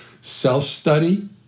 Self-study